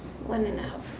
one and a half